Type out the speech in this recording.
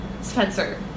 Spencer